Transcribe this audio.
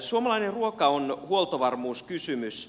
suomalainen ruoka on huoltovarmuuskysymys